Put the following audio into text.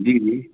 جی جی